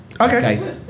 okay